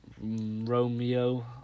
Romeo